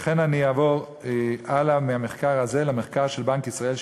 לכן אני אעבור הלאה מהמחקר הזה למחקר של בנק ישראל,